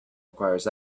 requires